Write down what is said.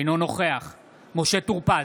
אינו נוכח משה טור פז,